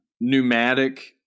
pneumatic